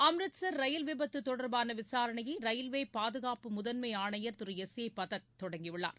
Amritsar rail விபத்து தொடர்பான விசாரணையை ரயில்வே பாதுகாப்பு முதன்மை ஆணையர் திரு எஸ் ஏ பதக் தொடங்கியுள்ளார்